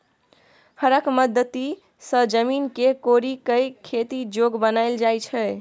हरक मदति सँ जमीन केँ कोरि कए खेती जोग बनाएल जाइ छै